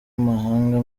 mahanga